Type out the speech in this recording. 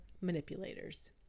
Manipulators